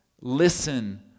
Listen